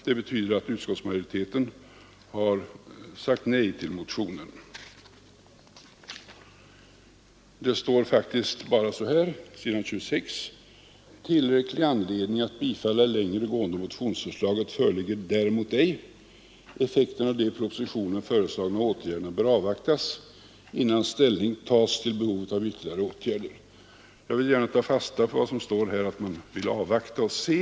Det står faktiskt bara så här på s. 26 i justitieutskottets betänkande: ”Tillräcklig anledning att bifalla det längre gående motionsförslaget föreligger däremot ej; effekten av de i propositionen föreslagna åtgärderna bör avvaktas innan ställning tas till behovet av ytterligare åtgärder.” Jag vill gärna ta fasta på vad som står här om att man vill avvakta och se.